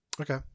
Okay